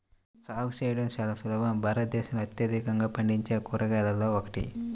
సాగు చేయడం చాలా సులభం భారతదేశంలో అత్యధికంగా పండించే కూరగాయలలో ఒకటి